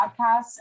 podcasts